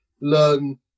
learn